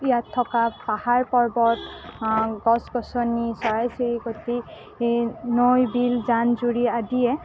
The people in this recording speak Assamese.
ইয়াত থকা পাহাৰ পৰ্বত গছ গছনি চৰাই চিৰিকতি নৈ বিল জান জুৰি আদিয়ে